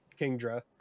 kingdra